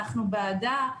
אנחנו בעדה.